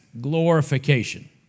glorification